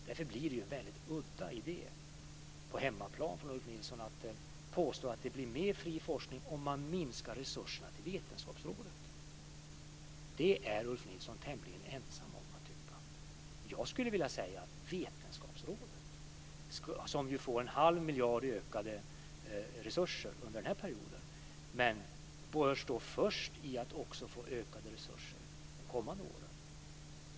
Därför blir Ulf Nilssons idé udda på hemmaplan, när han påstår att det blir mer fri forskning om resurserna till Vetenskapsrådet minskas. Det är Ulf Nilsson tämligen ensam om att tycka. Vetenskapsrådet får en halv miljard mer i ökade resurser under denna period. Rådet bör stå först för att få ökade resurser även de kommande åren.